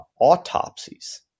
autopsies